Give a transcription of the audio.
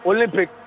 Olympic